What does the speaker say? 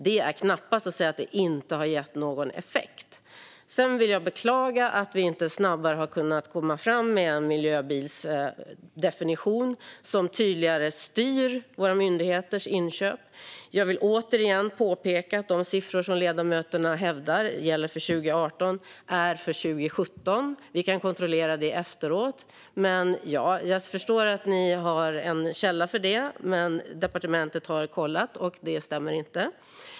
Då kan man knappast säga att det inte har gett någon effekt. Jag vill beklaga att vi inte snabbare har kunnat komma fram med en miljöbilsdefinition som tydligare styr våra myndigheters inköp, och jag vill återigen påpeka att de siffror som ledamöterna hävdar gäller 2018 är för 2017. Vi kan kontrollera det efteråt. Jag förstår att ni har en källa, men departementet har kollat och det stämmer inte.